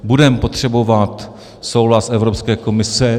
Budeme potřebovat souhlas Evropské komise.